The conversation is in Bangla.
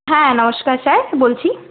হ্যাঁ নমস্কার স্যার বলছি